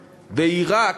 בעיראק,